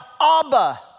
Abba